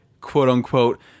quote-unquote